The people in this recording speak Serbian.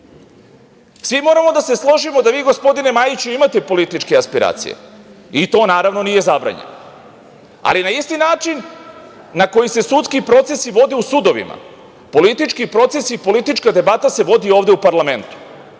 moramo da se složimo da vi, gospodine Majiću, imate političke aspiracije, i to naravno nije zabranjeno, ali na isti način na koji se sudski procesi vode u sudovima, politički procesi, politička debata se vodi ovde u parlamentu.